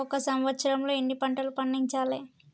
ఒక సంవత్సరంలో ఎన్ని పంటలు పండించాలే?